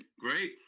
great,